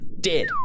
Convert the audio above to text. Dead